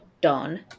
Don